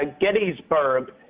Gettysburg